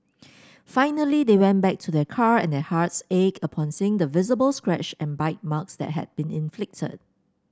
finally they went back to their car and their hearts ached upon seeing the visible scratch and bite marks that had been inflicted